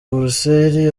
buruseli